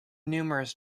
numerous